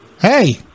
Hey